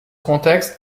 contexte